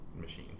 machines